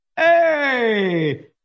Hey